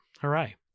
Hooray